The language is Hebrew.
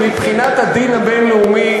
מבחינת הדין הבין-לאומי,